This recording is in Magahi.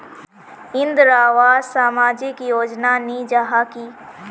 इंदरावास सामाजिक योजना नी जाहा की?